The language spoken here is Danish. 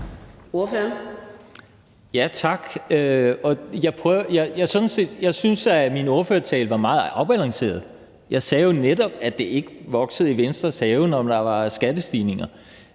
Jeg synes, at min ordførertale var meget afbalanceret. Jeg sagde jo netop, at det ikke er groet i Venstres have, når der er skattestigninger.